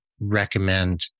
recommend